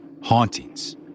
hauntings